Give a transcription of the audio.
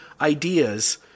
ideas